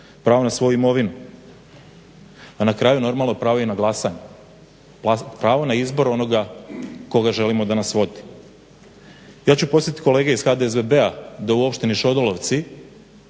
Pravo na svoju imovinu, a na kraju normalno pravo i na glasanje. Pravo na izbor onoga koga želimo da nas vodi. Ja ću podsjetiti kolege iz HDSSB-a da u općini Šodolovci